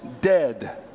dead